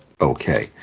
okay